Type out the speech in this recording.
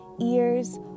ears